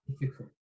difficult